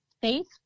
faith